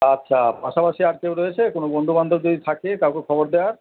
আচ্ছা পাশাপাশি আর কেউ রয়েছে কোনো বন্ধুবান্ধব যদি থাকে কাউকে খবর দেওয়ার